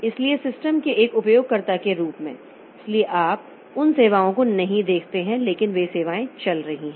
इसलिए सिस्टम के एक उपयोगकर्ता के रूप में इसलिए आप उन सेवाओं को नहीं देखते हैं लेकिन वे सेवाएँ चल रही हैं